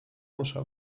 muszę